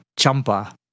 Champa